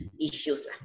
issues